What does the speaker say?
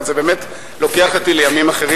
אבל זה באמת לוקח אותי לימים אחרים